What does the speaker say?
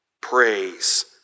praise